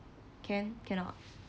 can cannot